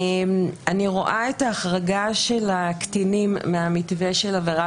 אני רואה את החרגה של הקטינים מהמתווה של העבירה